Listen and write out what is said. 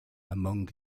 among